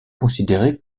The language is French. considéré